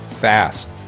fast